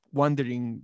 wondering